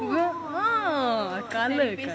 colour